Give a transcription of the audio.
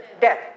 death